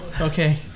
Okay